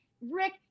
Rick